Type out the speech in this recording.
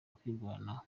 kwirwanaho